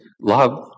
Love